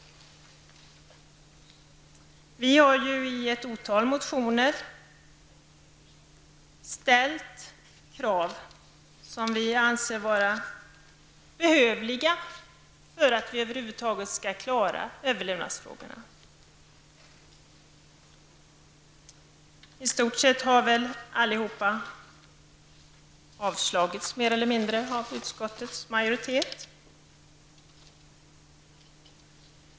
Vi har i ett otal motioner ställt krav som vi anser behöver ställas för att vi över huvud taget skall klara av överlevnadsfrågorna. I stort sett alla har mer eller mindre avstyrkts av utskottets majoritet.